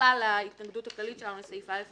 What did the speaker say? בכלל להתנגדות הכללית שלנו לסעיף (א).